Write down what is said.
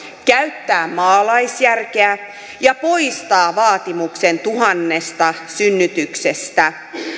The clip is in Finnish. käyttää maalaisjärkeä ja poistaa vaatimuksen tuhannesta synnytyksestä